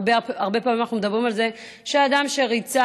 הרבה פעמים אנחנו מדברים על זה שאדם שריצה